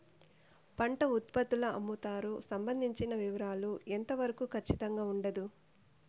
పంట ఉత్పత్తుల అమ్ముతారు సంబంధించిన వివరాలు ఎంత వరకు ఖచ్చితంగా ఉండదు?